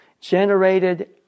generated